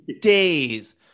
days